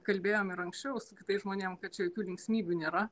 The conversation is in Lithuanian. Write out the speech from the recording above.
kalbėjom ir anksčiau su kitais žmonėm kad čia jokių linksmybių nėra